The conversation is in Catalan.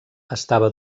estava